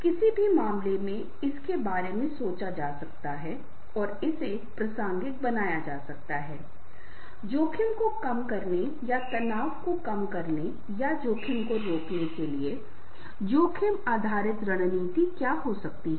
किसी भी मामले में इसके बारे में सोचा जा सकता है और इसे प्रासंगिक बनाया जा सकता है जोखिम को कम करने या तनाव को कम करने या जोखिम को रोकने के लिए जोखिम आधारित रणनीति क्या हो सकती है